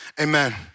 Amen